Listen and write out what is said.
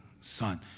son